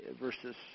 versus